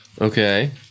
Okay